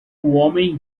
homem